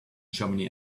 germany